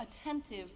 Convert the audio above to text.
attentive